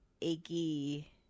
achy